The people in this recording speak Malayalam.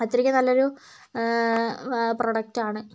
അത്രക്കും നല്ലൊരു പ്രൊഡക്റ്റാണ്